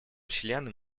членам